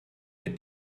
mit